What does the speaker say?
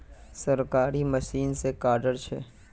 सरकारी मशीन से कार्ड छै?